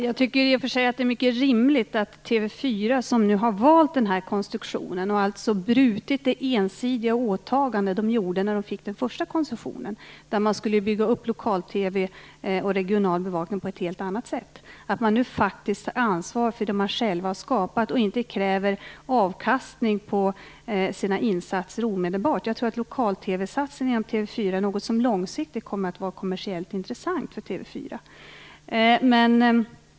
Fru talman! Det är TV 4 som har valt den här konstruktionen och alltså brutit mot det ensidiga åtagande som man gjorde när man fick den första koncessionen, innebärande att man skulle bygga upp lokal-TV och regional bevakning på ett helt annat sätt. Jag tycker att det är mycket rimligt att man nu faktiskt tar ansvar för det som man själv har skapat och inte kräver avkastning på sina insatser omedelbart. Jag tror att TV 4:s lokal-TV-satsning långsiktigt kommer att vara kommersiellt intressant för TV 4.